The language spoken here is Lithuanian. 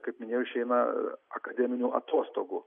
kaip minėjau išeina akademinių atostogų